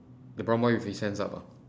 the brown boy with his hands up ah